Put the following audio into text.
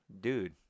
Dude